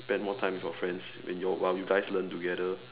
spend more time with your friends when you while you guys learn together